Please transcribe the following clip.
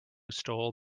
stole